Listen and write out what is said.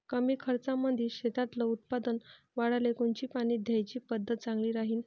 कमी खर्चामंदी शेतातलं उत्पादन वाढाले कोनची पानी द्याची पद्धत चांगली राहीन?